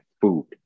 food